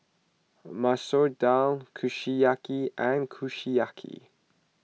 Masoor Dal Kushiyaki and Kushiyaki